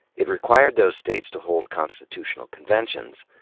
it required those states to hold constitutional conventions,